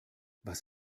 was